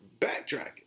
backtracking